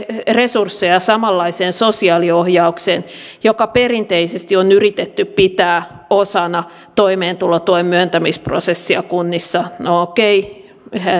resursseja samanlaiseen sosiaaliohjaukseen joka perinteisesti on yritetty pitää osana toimeentulotuen myöntämisprosessia kunnissa no okei